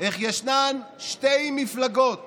איך שתי מפלגות